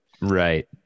Right